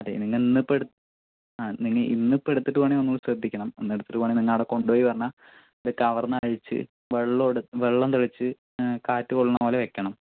അല്ലെ നിങ്ങൾ ഇന്നിപ്പെടു അ അല്ലെങ്കിൽ ഇന്നിപ്പം എടുത്തിട്ട് പോകുവാണെങ്കിൽ നമ്മള് ശ്രദ്ധിക്കണം ഇന്നെടുത്തിട്ട് പോകുവാണെങ്കിൽ നിങ്ങൾ അവിടെ കൊണ്ട് പോയി ഉടനെ ഇത് കവറിന്നഴിച്ച് വെള്ള എഡ് വെള്ളംതളിച്ച് കാറ്റ് പോവുന്ന പോലെ വെക്കണം